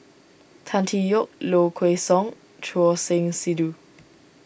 Tan Tee Yoke Low Kway Song Choor Singh Sidhu